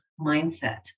mindset